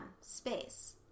space